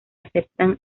aceptan